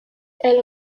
elle